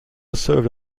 served